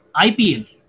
IPL